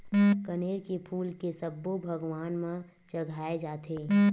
कनेर के फूल के सब्बो भगवान म चघाय जाथे